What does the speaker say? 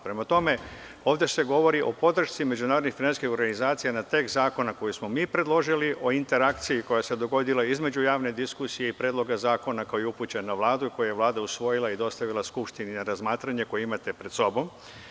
Prema tome, ovde se govori o podršci međunarodnih finansijskih organizacija na tekst zakona koji smo mi predložili, o interakciji koja se dogodila između javne diskusije i predloga zakona koji je upućen na Vladu i koji je Vlada usvojila i dostavila Skupštini na razmatranje, koji imate pred sobom.